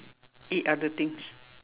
eat other things